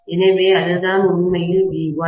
எனவே அதுதான் உண்மையில் V1